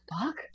fuck